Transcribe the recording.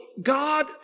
God